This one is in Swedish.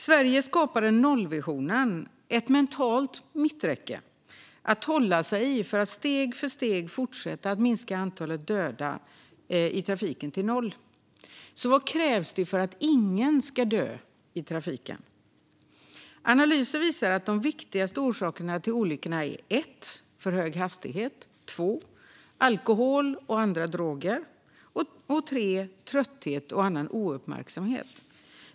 Sverige skapade nollvisionen, ett mentalt mitträcke att hålla sig i för att steg för steg fortsätta att minska antalet döda i trafiken till noll. Vad krävs det då för att ingen ska dö i trafiken? Analyser visar att de viktigaste orsakerna till olyckorna är för hög hastighet, alkohol och andra droger samt trötthet och annan ouppmärksamhet.